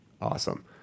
awesome